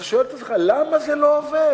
אתה שואל את עצמך: למה זה לא עובר?